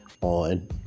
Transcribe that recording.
on